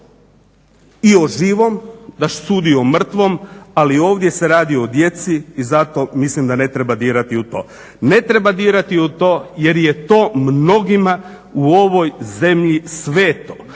i o živom, da sudi o mrtvom, ali ovdje se radi o djeci i zato mislim da ne treba dirati u to. Ne treba dirati u to, jer je to mnogima u ovoj zemlji sveto,